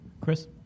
Chris